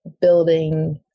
building